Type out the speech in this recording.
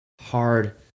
hard